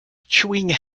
chewing